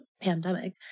pandemic